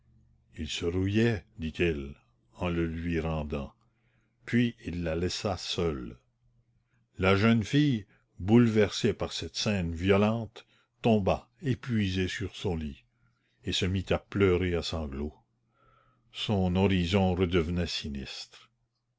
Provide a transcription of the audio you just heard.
il se rouillait dit-il en le lui rendant puis il la laissa seule la jeune fille bouleversée par cette scène violente tomba épuisée sur son lit et se mit à pleurer à sanglots son horizon redevenait sinistre